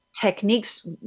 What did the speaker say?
techniques